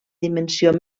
dimensió